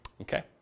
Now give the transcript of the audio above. okay